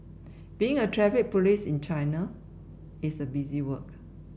being a Traffic Police in China is busy work